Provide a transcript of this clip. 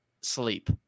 sleep